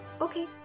Okay